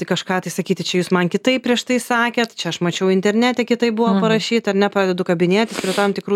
kažką tai sakyti čia jūs man kitaip prieš tai sakėt čia aš mačiau internete kitaip buvo parašyta ar ne pradedu kabinėtis prie tam tikrų